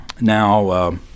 now